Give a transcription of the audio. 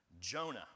jonah